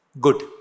good